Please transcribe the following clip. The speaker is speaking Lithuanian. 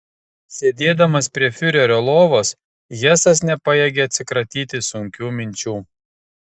sėdėdamas prie fiurerio lovos hesas nepajėgė atsikratyti sunkių minčių